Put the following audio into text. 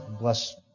Bless